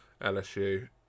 LSU